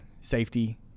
safety